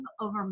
over